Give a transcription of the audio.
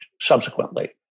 subsequently